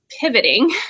pivoting